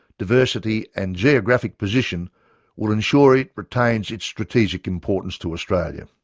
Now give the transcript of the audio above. diversity and geographic position will ensure it retains its strategic importance to australia.